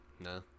no